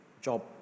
job